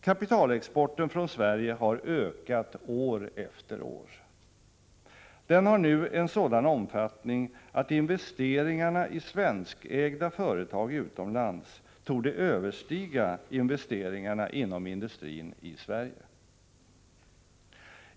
Kapitalexporten från Sverige har ökat år efter år. Den har nu en sådan omfattning att investeringarna i svenskägda företag utomlands torde överstiga investeringarna inom industrin i Sverige.